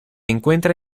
encuentra